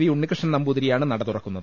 ഉണ്ണികൃഷ്ണൻ നമ്പൂതിരിയാണ് നട തുറക്കുന്നത്